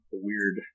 weird